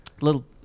little